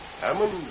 Hammond